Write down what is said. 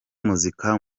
muzika